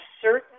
certain